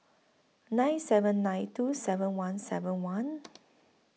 nine seven nine two seven one seven one